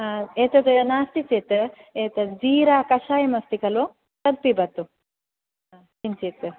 एतद् नास्ति चेत् एतद् जीराकषायम् अस्ति खलु तद् पिबतु किञ्चित्